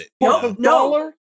No